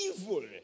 evil